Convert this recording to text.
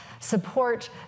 support